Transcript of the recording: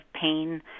pain